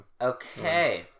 Okay